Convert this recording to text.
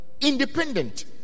independent